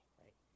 right